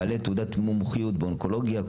בעלי תעודת מומחיות באונקולוגיה,